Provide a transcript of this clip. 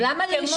אז למה להישאר?